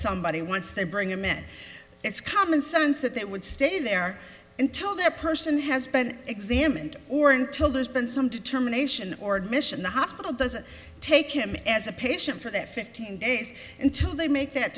somebody once they bring him in it's common sense that they would stay there until the person has been examined or until there's been some determination or admission the hospital doesn't take him as a patient for that fifteen days until they make that